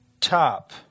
top